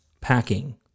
packing